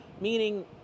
meaning